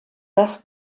das